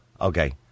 Okay